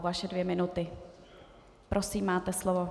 Vaše dvě minuty, prosím, máte slovo.